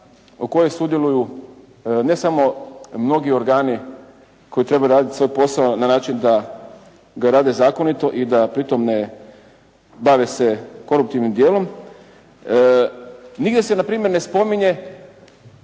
u kojoj sudjeluju ne samo mnogi organi koji trebaju raditi svoj posao na način da ga rade zakonito i da pritom ne bave se koruptivnim dijelom. Nigdje se npr. ne spominje,